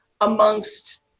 amongst